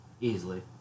Easily